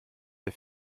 der